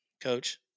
Coach